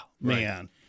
man